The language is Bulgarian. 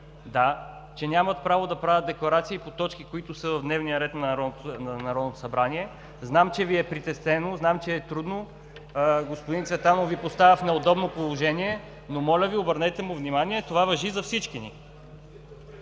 група, че нямат право да правят декларации по точки, които са в дневния ред на Народното събрание. Знам, че Ви е притеснено. Знам, че е трудно. Господин Цветанов Ви поставя в неудобно положение, но, моля Ви, обърнете му внимание. Това важи за всички ни.